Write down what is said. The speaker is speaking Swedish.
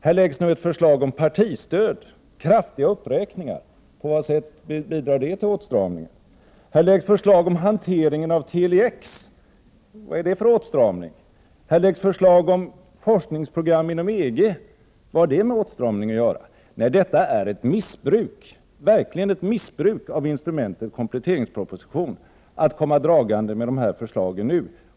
Det läggs bl.a. fram ett förslag om en kraftig uppräkning av partistödet. På vilket sätt bidrar det till åtstramning? Det läggs fram förslag om hanteringen av Tele-X. Vad har det med åtstramning att göra? Det läggs fram förslag om forskningsprogram inom EG. Vad har det med åtstramning att göra? Nej, det är verkligen ett missbruk av instrumentet kompletteringsproposition när regeringen kommer dragande med dessa förslag nu.